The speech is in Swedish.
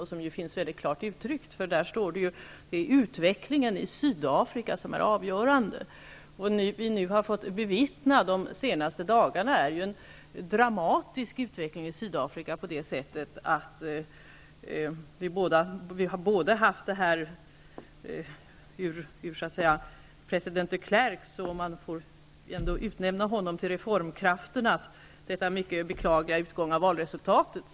Där står mycket klart uttryckt att det är utvecklingen i Sydafrika som är avgörande. Det vi nu under de senaste dagarna har fått bevittna är en dramatisk utveckling i Sydafrika. Man får ändå utnämna de Klerk som en av reformkrafterna. Det är ett mycket beklagligt resultat av valresultatet.